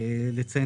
הצענו לציין